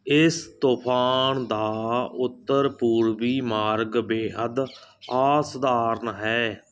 ਇਸ ਤੂਫਾਨ ਦਾ ਉੱਤਰ ਪੂਰਬੀ ਮਾਰਗ ਬੇਹੱਦ ਅਸਾਧਾਰਨ ਹੈ